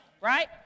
Right